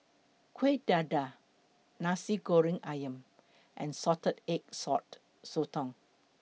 Kueh Dadar Nasi Goreng Ayam and Salted Egg Yolk Sotong